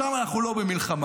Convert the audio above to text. שם אנחנו לא במלחמה.